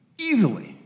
easily